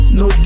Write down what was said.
no